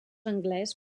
anglès